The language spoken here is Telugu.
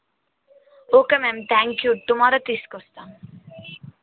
okay ma'am thank you tomorrow తీసుకొస్తాను